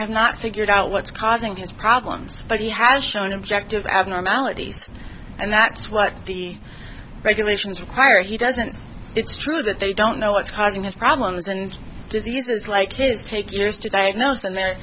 have not figured out what's causing his problems but he has shown objective abnormalities and that's what the regulations require he doesn't it's true that they don't know what's causing his problems and diseases like his take years to diagnose and they're